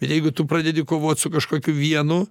bet jeigu tu pradedi kovot su kažkokiu vienu